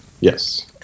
Yes